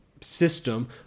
system